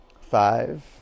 five